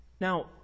Now